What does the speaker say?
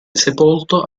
sepolto